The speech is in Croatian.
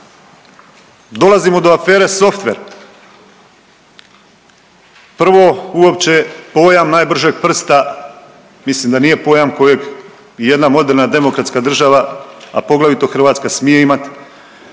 Dolazimo do afere Softver. Prvo uopće pojam „najbržeg prsta“ mislim da nije pojam kojeg jedna moderna, demokratska država, a poglavito Hrvatska smije imati.